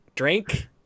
Drink